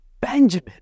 Benjamin